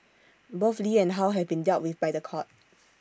both lee and how have been dealt with by The Court